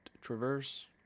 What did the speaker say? Traverse